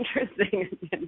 interesting